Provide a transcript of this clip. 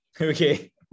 Okay